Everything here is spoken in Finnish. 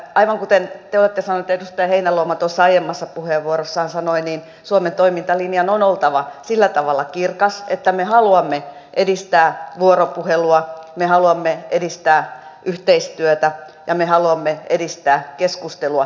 aivan kuten te olette sanonut ja edustaja heinäluoma tuossa aiemmassa puheenvuorossaan sanoi suomen toimintalinjan on oltava sillä tavalla kirkas että me haluamme edistää vuoropuhelua me haluamme edistää yhteistyötä ja me haluamme edistää keskustelua